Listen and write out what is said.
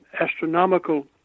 astronomical